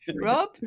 Rob